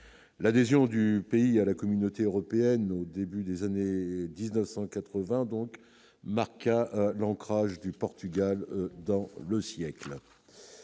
la des gens du pays à la Communauté européenne au début des années 1980 donc à l'ancrage du Portugal dans le siècle,